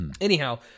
Anyhow